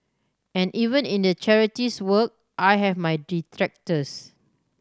and even in the charities work I have my detractors